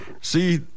see